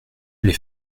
les